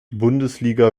bundesliga